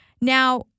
Now